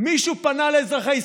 מישהו פנה לאזרחי ישראל,